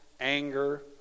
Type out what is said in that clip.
Anger